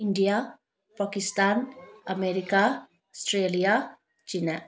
India Pakistan America Australia China